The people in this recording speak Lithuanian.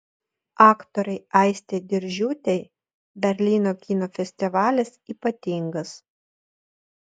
aktorei aistei diržiūtei berlyno kino festivalis ypatingas